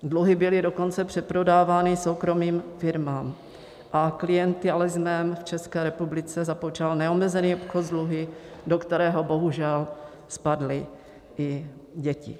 Dluhy byly dokonce přeprodávány soukromým firmám a klientelismem v České republice započal neomezený obchod s dluhy, do kterého bohužel spadly i děti.